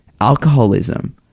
alcoholism